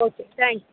okay thanks